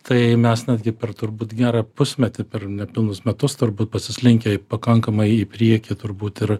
tai mes netgi per turbūt gerą pusmetį per nepilnus metus turbūt pasislinkę į pakankamai į priekį turbūt ir